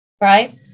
Right